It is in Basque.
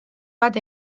bat